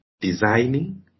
designing